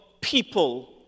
people